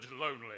lonely